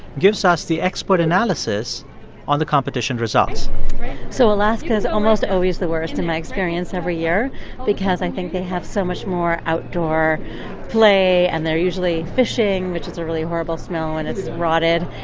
gives us the expert analysis on the competition results so alaska is almost always the worst in my experience every year because i think they have so much more outdoor play. and they're usually fishing, which is a really horrible smell when it's rotted.